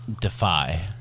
Defy